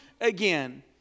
again